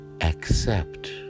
accept